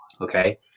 okay